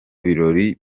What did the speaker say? birori